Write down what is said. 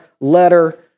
letter